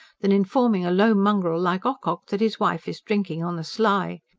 than informing a low mongrel like ocock that his wife is drinking on the sly.